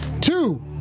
two